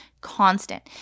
constant